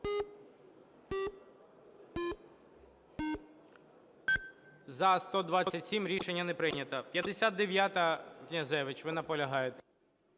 За-127 Рішення не прийнято. 59-а, Князевич. Ви наполягаєте.